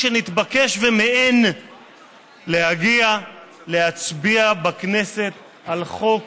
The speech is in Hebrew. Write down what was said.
שנתבקש ומיאן להגיע להצביע בכנסת על חוק